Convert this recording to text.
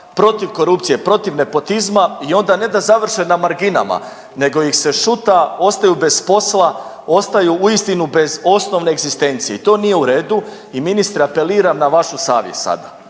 protiv korupcije, protiv nepotizma i onda ne da završe na marginama nego ih se šuta, ostaju bez posla, ostaju uistinu bez osnovne egzistencije. I to nje u redu. I ministre apeliram na vašu savjest sada